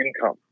income